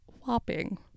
whopping